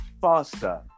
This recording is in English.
faster